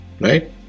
right